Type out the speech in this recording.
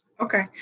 Okay